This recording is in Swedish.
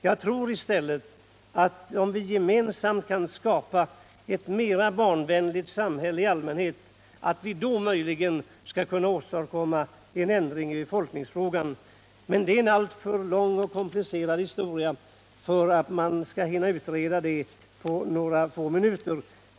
Jag tror i stället att vi, om vi gemensamt kan skapa ett mer barnvänligt samhälle i allmänhet, möjligen skulle kunna åstadkomma en ändring i befolkningsfrågan. Men det är en alltför lång och komplicerad historia för att jag skall hinna utreda den på några få minuter.